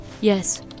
Yes